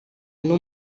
ino